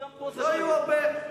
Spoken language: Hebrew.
לא יהיו הרבה.